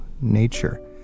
nature